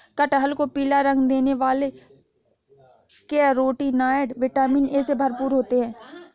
कटहल को पीला रंग देने वाले कैरोटीनॉयड, विटामिन ए से भरपूर होते हैं